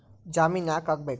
ಜಾಮಿನ್ ಯಾಕ್ ಆಗ್ಬೇಕು?